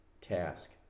task